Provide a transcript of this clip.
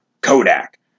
Kodak